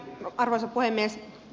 arvoisa puhemies